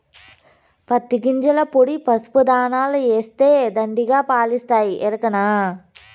పత్తి గింజల పొడి పసుపు దాణాల ఏస్తే దండిగా పాలిస్తాయి ఎరికనా